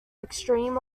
extreme